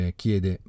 chiede